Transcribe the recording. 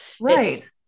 right